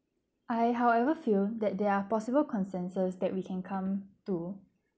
I however feel that there are possible consensus that we can come to